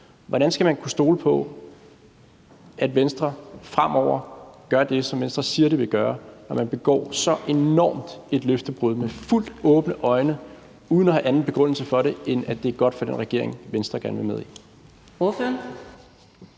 Hvordan skal man kunne stole på, at Venstre fremover gør det, som Venstre siger de vil gøre, når de begår så enormt et løftebrud med fuldt åbne øjne uden at have en anden begrundelse for det, end at det er godt for den regering, Venstre gerne vil med i?